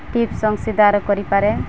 tips ଅଂଶୀଦାର କରିପାରେ